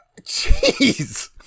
jeez